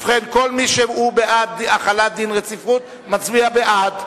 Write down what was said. ובכן, כל מי שהוא בעד החלת דין רציפות, מצביע בעד.